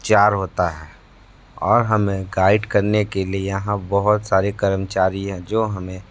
उपचार होता है और हमें गाइड करने के लिए यहाँ बहुत सारे कर्मचारी हैं जो हमें